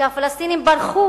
שהפלסטינים ברחו